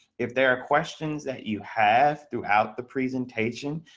if there are questions that you have throughout the presentation.